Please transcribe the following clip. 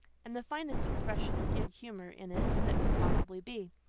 and the finest expression of good humour in it that could possibly be.